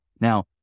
Now